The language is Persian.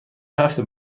هفت